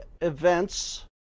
events